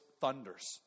thunders